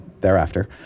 thereafter